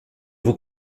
vous